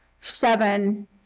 seven